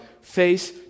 face